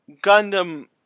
Gundam